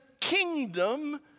kingdom